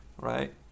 right